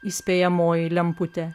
įspėjamoji lemputė